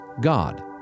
God